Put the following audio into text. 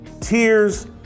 Tears